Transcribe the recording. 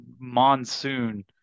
Monsoon